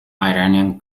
iranian